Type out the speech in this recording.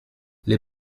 les